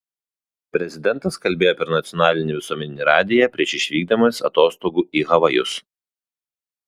prezidentas kalbėjo per nacionalinį visuomeninį radiją prieš išvykdamas atostogų į havajus